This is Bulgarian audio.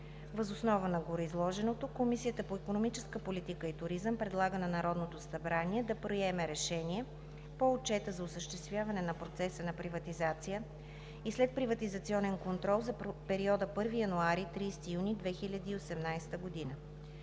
Въз основа на гореизложеното Комисията по икономическата политика и туризъм предлага на Народното събрание да приеме: „РЕШЕНИЕ по Отчета за осъществяване на процеса на приватизация и следприватизационен контрол за периода 1 януари – 30 юни 2018 г.